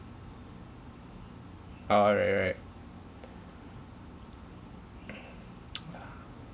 oh right right ah